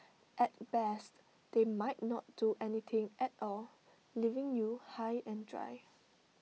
at best they might not do anything at all leaving you high and dry